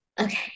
okay